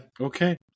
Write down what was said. okay